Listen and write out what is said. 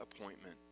appointment